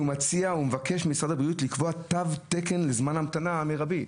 מציע ומבקש ממשרד הבריאות לקבוע תו תקן לזמן המתנה מירבי.